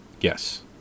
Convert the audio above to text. Yes